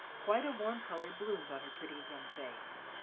quite a warm colour bloomed on her pretty young face.